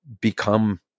become